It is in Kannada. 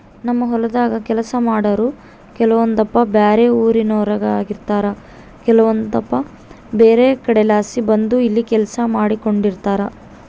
ನಮ್ಮ ಹೊಲದಾಗ ಕೆಲಸ ಮಾಡಾರು ಕೆಲವೊಂದಪ್ಪ ಬ್ಯಾರೆ ಊರಿನೋರಾಗಿರುತಾರ ಕೆಲವರು ಬ್ಯಾರೆ ಕಡೆಲಾಸಿ ಬಂದು ಇಲ್ಲಿ ಕೆಲಸ ಮಾಡಿಕೆಂಡಿರ್ತಾರ